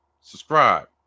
subscribe